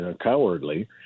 cowardly